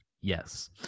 yes